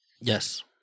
Yes